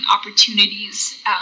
opportunities